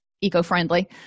eco-friendly